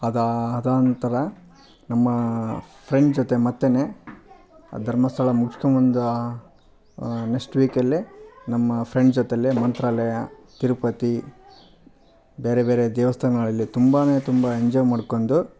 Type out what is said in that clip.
ಅದಾ ಅದು ನಂತರ ನಮ್ಮ ಫ್ರೆಂಡ್ ಜೊತೆ ಮತ್ತು ಧರ್ಮಸ್ಥಳ ಮುಗಿಸ್ಕೋ ಬಂದ ನೆಕ್ಸ್ಟ್ ವೀಕಲ್ಲೇ ನಮ್ಮ ಫ್ರೆಂಡ್ ಜೊತೇಲೆ ಮಂತ್ರಾಲಯ ತಿರುಪತಿ ಬೇರೆ ಬೇರೆ ದೇವಸ್ಥಾನಗಳಲ್ಲಿ ತುಂಬಾ ತುಂಬ ಎಂಜಾಯ್ ಮಾಡ್ಕೊಂಡು